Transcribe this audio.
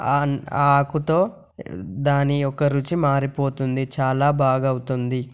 ఆ ఆకుతో దాని యొక్క రుచి మారిపోతుంది చాలా బాగా అవుతుంది